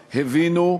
הללו.